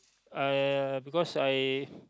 uh because I